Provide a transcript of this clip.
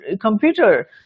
computer